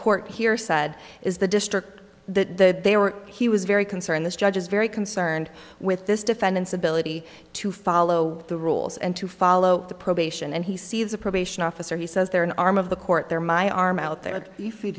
court here said is the district that they were he was very concerned this judge is very concerned with this defendant's ability to follow the rules and to follow the probation and he sees a probation officer he says they're an arm of the court they're my arm out there if you f